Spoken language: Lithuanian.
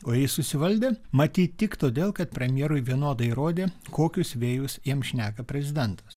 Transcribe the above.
o jis susivaldė matyt tik todėl kad premjerui vienodai rodė kokius vėjus jam šneka prezidentas